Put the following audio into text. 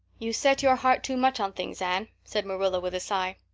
you set your heart too much on things, anne, said marilla, with a sigh.